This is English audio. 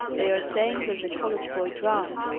they are saying there's a college boy drowned!